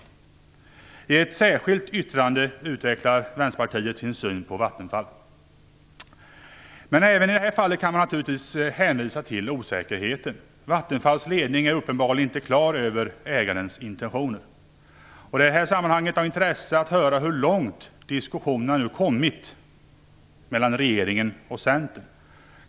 I ett särskilt yttrande utvecklar Vänsterpartiet sin syn på Vattenfall. Även i detta fall kan man naturligtvis hänvisa till osäkerheten. Vattenfalls ledning är uppenbarligen inte klar över ägarens intentioner. Det är i det sammanhanget av intresse att få höra hur långt man nu har kommit i diskussionerna mellan regeringen och Centern.